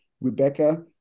Rebecca